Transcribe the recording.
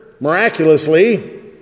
miraculously